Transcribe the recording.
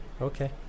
okay